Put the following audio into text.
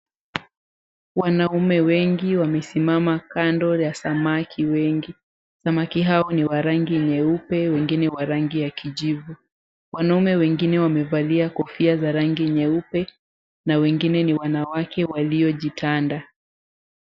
Wanaume wengi wamesimama kando ya samaki wengi. Samaki hao ni wa rangi nyeupe wengine wa rangi ya kijivu. Wanaume wengine wamevalia kofia za rangi nyeupe na wengine ni wanawake waliojitanda.